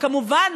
כמובן,